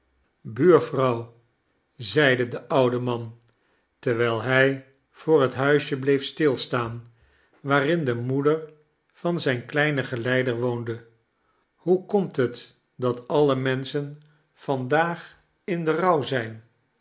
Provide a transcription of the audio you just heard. buurvrouw zeide de oude man terwijl hij voor het huisje bleef stilstaan waarin de moeder van zijn kleinen geleider woonde hoe komt het dat alle menschen vandaag in den rouw zijn